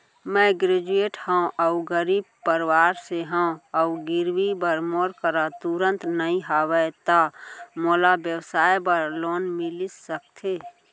मैं ग्रेजुएट हव अऊ गरीब परवार से हव अऊ गिरवी बर मोर करा तुरंत नहीं हवय त मोला व्यवसाय बर लोन मिलिस सकथे?